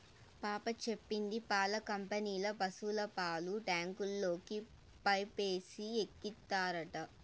పాప చెప్పింది పాల కంపెనీల పశుల పాలు ట్యాంకుల్లోకి పైపేసి ఎక్కిత్తారట